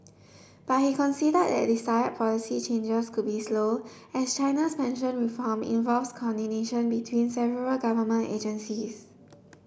but he conceded that desire policy changes could be slow as China's pension reform involves coordination between several government agencies